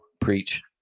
preach